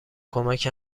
کمک